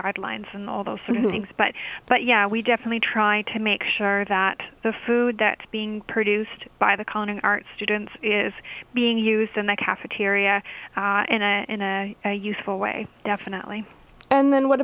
guidelines and all those things but but yeah we definitely try to make sure that the food that being produced by the con art students is being used in the cafeteria and in a useful way definitely and then what